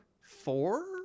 Four